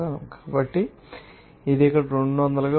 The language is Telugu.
కాబట్టి ఇది ఇక్కడ 200 గా వస్తోంది